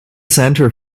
center